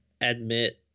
admit